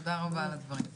תודה רבה על הדברים.